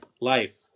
life